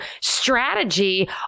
strategy